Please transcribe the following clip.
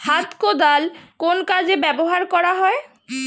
হাত কোদাল কোন কাজে ব্যবহার করা হয়?